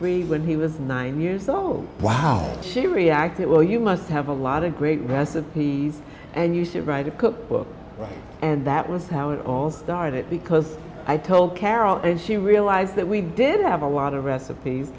we when he was nine years old wow she reacted well you must have a lot of great recipes and you should write a cookbook and that was how it all started because i told carole and she realized that we didn't have a lot of recipes